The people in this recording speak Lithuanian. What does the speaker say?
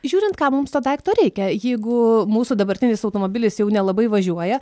žiūrint kam mums to daikto reikia jeigu mūsų dabartinis automobilis jau nelabai važiuoja